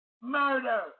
Murder